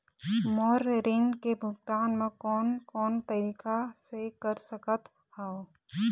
मोर ऋण के भुगतान म कोन कोन तरीका से कर सकत हव?